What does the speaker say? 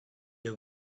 have